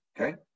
okay